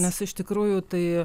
nes iš tikrųjų tai